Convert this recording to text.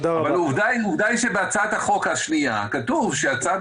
אבל עובדה היא שבהצעת החוק השנייה כתוב שהצעת